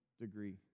degree